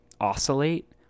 oscillate